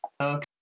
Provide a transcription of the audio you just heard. Okay